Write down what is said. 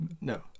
no